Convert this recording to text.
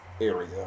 area